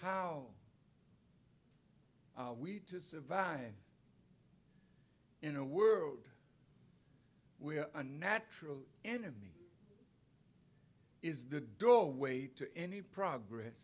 how to survive in a world where a natural enemy is the doorway to any progress